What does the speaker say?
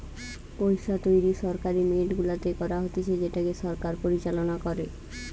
পইসা তৈরী সরকারি মিন্ট গুলাতে করা হতিছে যেটাকে সরকার পরিচালনা করে